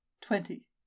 Twenty